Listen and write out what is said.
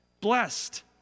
Blessed